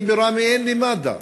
אני בראמה, אין לי מד"א,